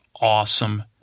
awesome